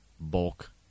bulk